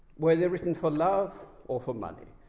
were they written for love or for money?